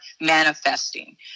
manifesting